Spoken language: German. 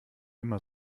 immer